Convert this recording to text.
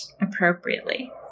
appropriately